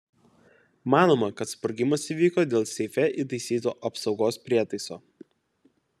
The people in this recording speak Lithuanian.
manoma kad sprogimas įvyko dėl seife įtaisyto apsaugos prietaiso